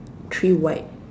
three white